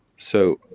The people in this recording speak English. so,